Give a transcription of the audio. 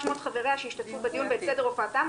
שמות חבריה שישתתפו בדיון ואת סדר הופעתם,